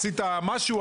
עשית משהו,